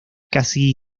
casi